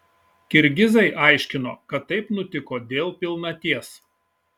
kirgizai aiškino kad taip nutiko dėl pilnaties